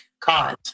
cause